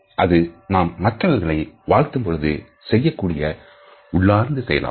இது நாம் மற்றவர்களை வாழ்த்தும் பொழுது செய்யக்கூடிய உள்ளார்ந்த செயலாகும்